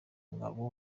ngabo